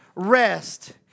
rest